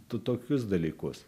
tu tokius dalykus